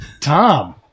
Tom